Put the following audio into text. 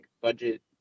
budget